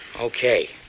Okay